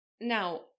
Now